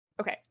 okay